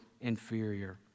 inferior